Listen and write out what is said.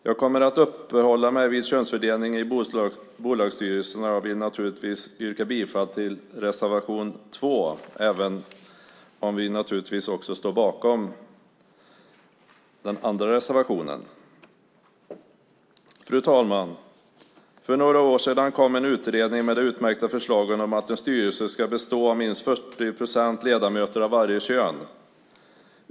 Jag kommer att uppehålla mig vid könsfördelning i bolagsstyrelserna, och jag vill inledningsvis yrka bifall till reservation 2, även om vi naturligtvis också står bakom den andra reservationen. Fru talman! För några år sedan kom en utredning med det utmärkta förslaget att en styrelse ska bestå av minst 40 procent ledamöter av varje kön.